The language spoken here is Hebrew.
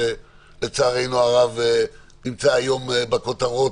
שלצערנו הרב נמצא היום בכותרות,